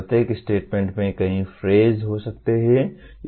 प्रत्येक स्टेटमेंट में कई फ्रेज हो सकते हैं